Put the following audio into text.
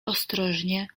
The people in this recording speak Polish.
ostrożnie